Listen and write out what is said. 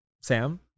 Sam